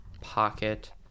Pocket